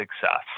success